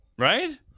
Right